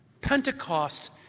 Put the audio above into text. Pentecost